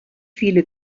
viele